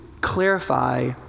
clarify